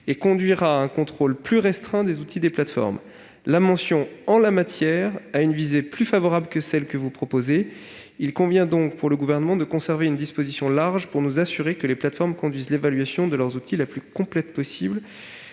et conduirait à un contrôle plus restreint des outils des plateformes. La formule « en matière de » a une visée plus favorable que celle que vous proposez. Il convient donc, selon le Gouvernement, de conserver une disposition large, de manière à s'assurer que les plateformes conduisent l'évaluation de leurs outils la plus complète possible.